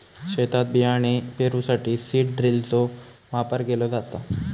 शेतात बियाणे पेरूसाठी सीड ड्रिलचो वापर केलो जाता